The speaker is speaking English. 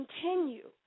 continue